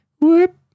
whoop